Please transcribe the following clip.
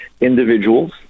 individuals